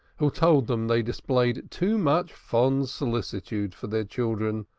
who told them they displayed too much fond solicitude for their children,